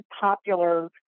popular